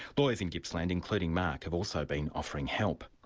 lawyers in gippsland, including mark, have also been offering help.